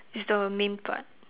is the main part